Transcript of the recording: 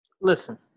Listen